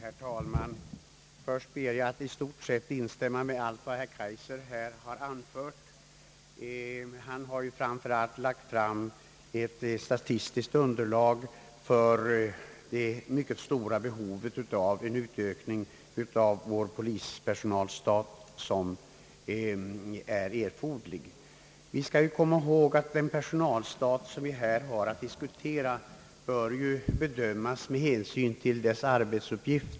Herr talman! Först ber jag att i stort sett få instämma i vad herr Kaijser här anfört. Han har ju framför allt lagt fram det statistiska underlaget för det mycket stora behovet av en utökning av vår polispersonals stat, något som vi anser vara erforderligt. Den personalstat, som vi här diskuterar, bör bedömas med hänsyn till dess arbetsuppgifter.